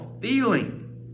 feeling